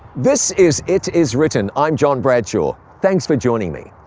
this is it is written. i'm john bradshaw. thanks for joining me.